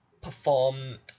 perform